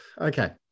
Okay